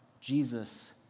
Jesus